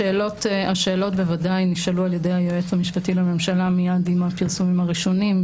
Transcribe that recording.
השאלות בוודאי נשאלו ע"י היועץ המשפטי לממשלה מיד עם הפרסומים הראשונים.